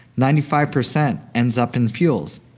ninety five percent ends up in fuels.